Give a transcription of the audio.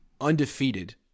undefeated